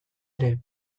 ere